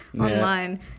online